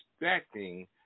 expecting